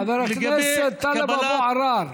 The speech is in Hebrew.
חבר הכנסת טלב אבו עראר,